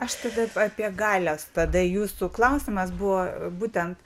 aš tada p apie galias tada jūsų klausimas buvo būtent